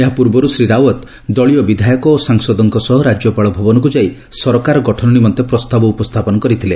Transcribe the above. ଏହା ପୂର୍ବରୁ ଶ୍ରୀ ରାଓ୍ବତ୍ ଦଳୀୟ ବିଧାୟକ ଓ ସାଂସଦଙ୍କ ସହ ରାଜ୍ୟପାଳ ଭବନକୁ ଯାଇ ସରକାର ଗଠନ ନିମନ୍ତେ ପ୍ରସ୍ତାବ ଉପସ୍ଥାପନ କରିଥିଲେ